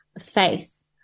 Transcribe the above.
face